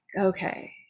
okay